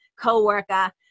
co-worker